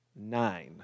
Nine